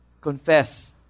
confess